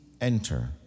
enter